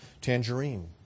Tangerine